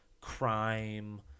crime